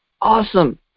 Awesome